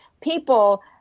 people